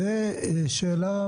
זאת באמת שאלה.